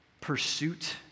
pursuit